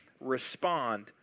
respond